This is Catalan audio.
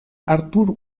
artur